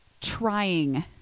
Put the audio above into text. trying